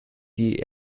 die